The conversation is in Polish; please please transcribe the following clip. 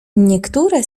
niektóre